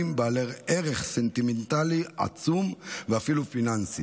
בעלי ערך סנטימנטלי עצום ואפילו פיננסי.